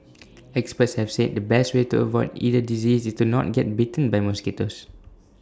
experts have said the best way to avoid either disease is to not get bitten by mosquitoes